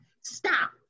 stop